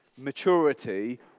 maturity